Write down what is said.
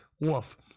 Wolf